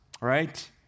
right